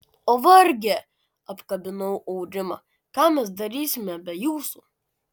o varge apkabinau aurimą ką mes darysime be jūsų